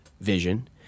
vision